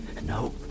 No